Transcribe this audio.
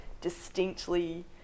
distinctly